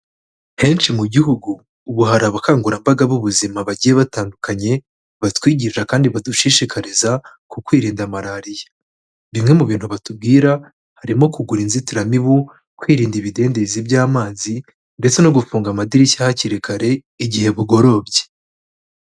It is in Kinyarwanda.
Henshi mu gihugu ubu hari abakangurambaga b'ubuzima bagiye batandukanye batwigisha kandi badushishikariza ku kwirinda Malariya, bimwe mu bintu batubwira, harimo kugura inzitiramibu, kwirinda ibidendezi by'amazi ndetse no gufunga amadirishya hakiri kare igihe bugorobye.